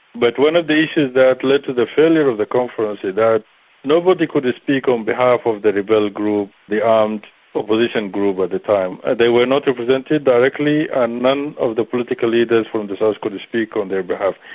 but one of the issues that led to the failure of the conference was that nobody could speak on behalf of the rebel group, the armed opposition group at the time. they were not represented directly, and none of the political leaders from the south could speak on their behalf.